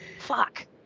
Fuck